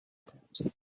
taps